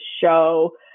show